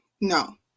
No